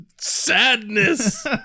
sadness